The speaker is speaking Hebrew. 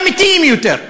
אמיתיים יותר.